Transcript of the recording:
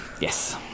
Yes